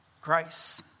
grace